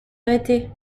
arrêtée